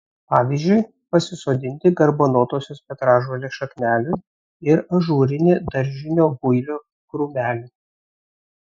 pavyzdžiui pasisodinti garbanotosios petražolės šaknelių ir ažūrinį daržinio builio krūmelį